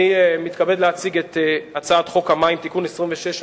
אני מתכבד להציג את הצעת חוק המים (תיקון מס' 26),